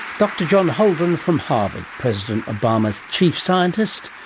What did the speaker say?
dr. john holdren from harvard, president obama's chief scientist.